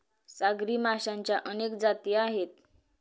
सागरी माशांच्या अनेक जाती आहेत